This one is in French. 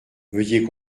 veuillez